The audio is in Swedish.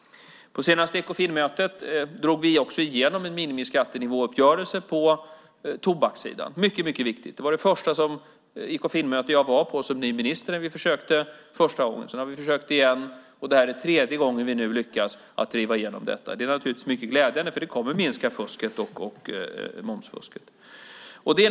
På senaste Ekofinmötet drev vi också igenom en minimiskattenivåuppgörelse på tobakssidan, vilket är mycket viktigt. På det första Ekofinmöte jag var på som ny minister försökte vi första gången. Sedan har vi försökt igen. Det här är tredje gången, när vi nu lyckas driva igenom detta. Det är naturligtvis glädjande, för det kommer att minska fusket och momsfusket.